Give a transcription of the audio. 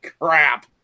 crap